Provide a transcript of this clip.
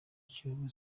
kiyovu